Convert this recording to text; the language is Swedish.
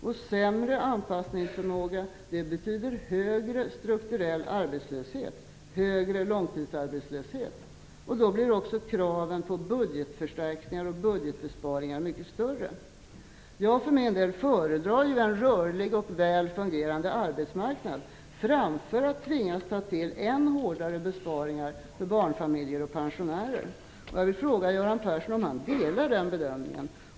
Och sämre anpassningsförmåga betyder högre strukturell arbetslöshet, högre långtidsarbetslöshet. Då blir också kraven på budgetförstärkningar och budgetbesparingar mycket större. Jag för min del föredrar en rörlig och väl fungerande arbetsmarknad framför att tvingas ta till än hårdare besparingar för barnfamiljer och pensionärer. Delar Göran Persson den bedömningen?